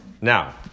now